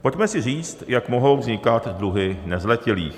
Pojďme si říct, jak mohou vznikat dluhy nezletilých.